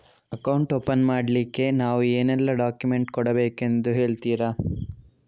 Account open ಮಾಡ್ಲಿಕ್ಕೆ ನಾವು ಏನೆಲ್ಲ ಡಾಕ್ಯುಮೆಂಟ್ ಕೊಡಬೇಕೆಂದು ಹೇಳ್ತಿರಾ?